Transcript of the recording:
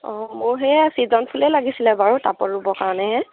অঁ মোৰ সেয়া চিজন ফুলেই লাগিছিলে বাৰু টাবত ৰুবৰ কাৰণেহে